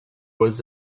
was